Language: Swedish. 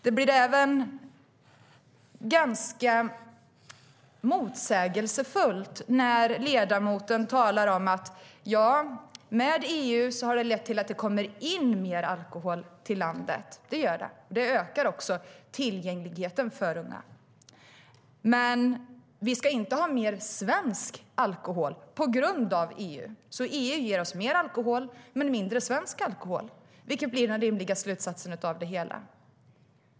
Det blir ganska motsägelsefullt när ledamoten talar om att EU har lett till att det kommer in mer alkohol i landet och att det ökar tillgängligheten för unga, men hon vill samtidigt inte ha mer svensk alkohol på grund av EU. EU ger oss alltså mer alkohol men mindre svensk alkohol, vilket blir den rimliga slutsatsen av det hela.